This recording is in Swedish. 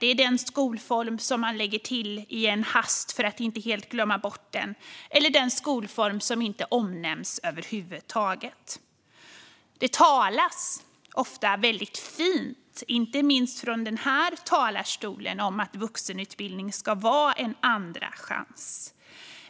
Det är den skolform man lägger till i en hast för att inte helt glömma bort den eller den skolform som inte omnämns över huvud taget. Det talas ofta fint, inte minst från denna talarstol, om att vuxenutbildningen ska vara en andra chans.